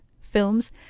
films